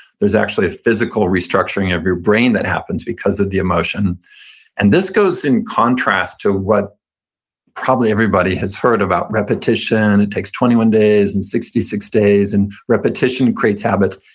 there's actually a physical restructuring restructuring of your brain that happens because of the emotion and this goes in contrast to what probably everybody has heard about repetition. it takes twenty one days and sixty six days, and repetition creates habits.